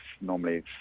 normally